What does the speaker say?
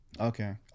Okay